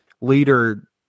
leader